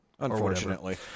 Unfortunately